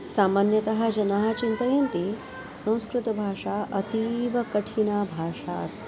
सामान्यतः जनाः चिन्तयन्ति संस्कृतभाषा अतीवकठिना भाषा अस्ति